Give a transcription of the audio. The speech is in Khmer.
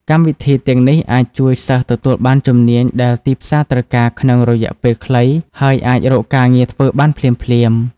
កម្មវិធីទាំងនេះអាចជួយសិស្សទទួលបានជំនាញដែលទីផ្សារត្រូវការក្នុងរយៈពេលខ្លីហើយអាចរកការងារធ្វើបានភ្លាមៗ។